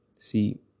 See